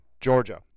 Georgia